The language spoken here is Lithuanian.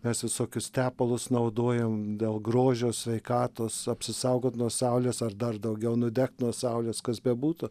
mes visokius tepalus naudojam dėl grožio sveikatos apsisaugot nuo saulės ar dar daugiau nudegt nuo saulės kas bebūtų